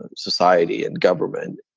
and society and government,